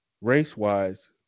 race-wise